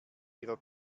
ihrer